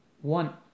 one